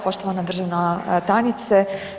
Poštovana državna tajnica.